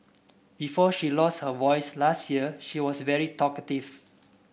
before she lost her voice last year she was very talkative